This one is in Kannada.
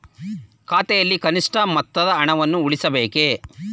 ಖಾತೆಯಲ್ಲಿ ಕನಿಷ್ಠ ಮೊತ್ತದ ಹಣವನ್ನು ಉಳಿಸಬೇಕೇ?